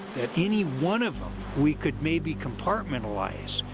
that any one of them we could maybe compartmentalize,